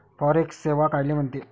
Forex सेवा कायले म्हनते?